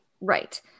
Right